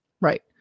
right